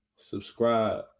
Subscribe